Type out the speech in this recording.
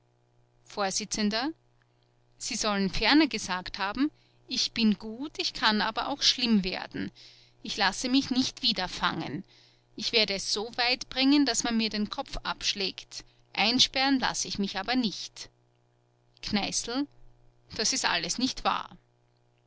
vors sie sollen ferner gesagt haben ich bin gut ich kann aber auch schlimm werden ich lasse mich nicht wieder fangen ich werde es so weit bringen daß man mir den kopf abschlägt einsperren lasse ich mich aber nicht kneißl das ist alles nicht wahr